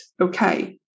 okay